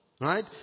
right